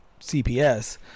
CPS